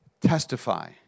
Testify